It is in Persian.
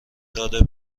داده